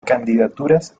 candidaturas